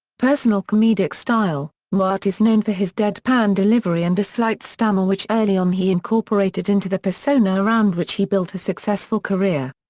personal comedic style newhart is known for his deadpan delivery and a slight stammer which early on he incorporated into the persona around which he built a successful career.